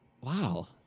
Wow